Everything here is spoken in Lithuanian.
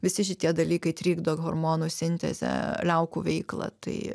visi šitie dalykai trikdo hormonų sintezę liaukų veiklą tai